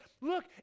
look